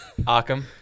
Arkham